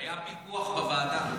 היה פיקוח בוועדה.